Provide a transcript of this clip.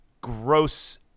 gross